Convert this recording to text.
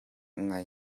ngai